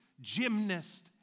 gymnast